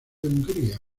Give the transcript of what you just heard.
hungría